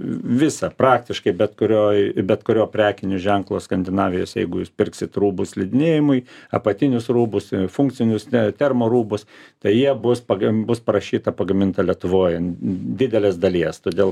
visa praktiškai bet kurioj bet kurio prekinio ženklo skandinavijos jeigu jūs pirksit rūbus slidinėjimui apatinius rūbus funkcinius ne termo rūbus tai jie bus pag bus parašyta pagaminta lietuvoj didelės dalies todėl